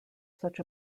such